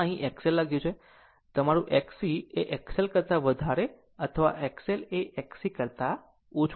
આમ અહીં તે XL લખ્યું છે તમારું Xc એ XL કરતા વધારે અથવા XL એ XC કરતા ઓછું છે